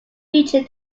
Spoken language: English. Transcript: region